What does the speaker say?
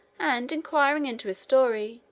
and, inquiring into his story,